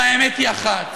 והאמת היא אחת: